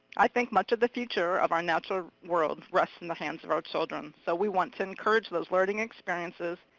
i think much of the future of our natural world rests in the hands of our children. so we want to encourage those learning experiences,